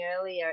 earlier